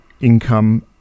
income